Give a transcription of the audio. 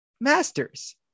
masters